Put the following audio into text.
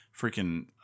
freaking